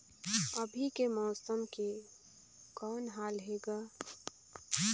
अभी के मौसम के कौन हाल हे ग?